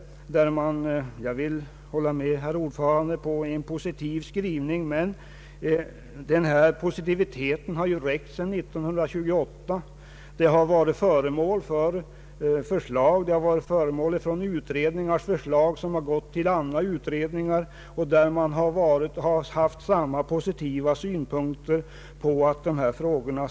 Jag vill hålla med herr ordföranden om att det är en positiv skrivning, men den positiviteten har räckt sedan 1928. Utredningar har kommit med förslag, och dessa har sedan gått till andra utredningar som haft samma positiva syn på frågorna.